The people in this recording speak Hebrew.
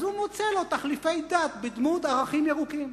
הוא מוצא לו תחליפי דת בדמות ערכים ירוקים.